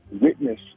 witness